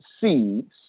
seeds